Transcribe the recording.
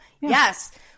Yes